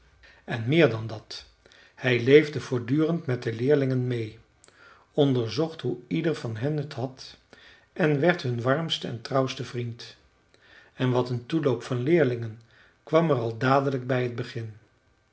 en meer dan dat hij leefde voortdurend met de leerlingen meê onderzocht hoe ieder van hen het had en werd hun warmste en trouwste vriend en wat een toeloop van leerlingen kwam er al dadelijk bij het begin